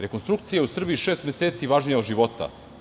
Rekonstrukcija u Srbiji je šest meseci važnija od života.